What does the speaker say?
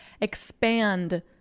expand